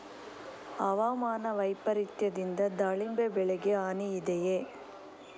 ಹವಾಮಾನ ವೈಪರಿತ್ಯದಿಂದ ದಾಳಿಂಬೆ ಬೆಳೆಗೆ ಹಾನಿ ಇದೆಯೇ?